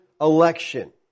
election